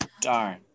Darn